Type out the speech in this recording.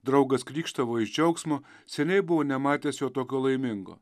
draugas krykštavo iš džiaugsmo seniai buvau nematęs jo tokio laimingo